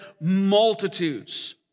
multitudes